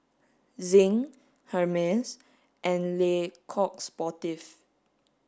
Zinc Hermes and Le Coq Sportif